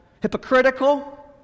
hypocritical